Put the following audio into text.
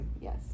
Yes